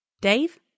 Dave